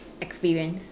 experience